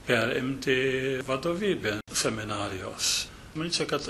perimti vadovybę seminarijos manyčiau kad